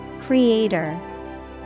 Creator